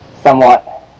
Somewhat